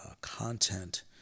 content